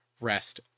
rest